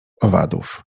owadów